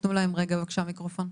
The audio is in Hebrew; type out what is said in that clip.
תנו להם רגע בבקשה מיקרופון.